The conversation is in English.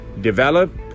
develop